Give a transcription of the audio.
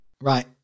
right